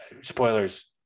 spoilers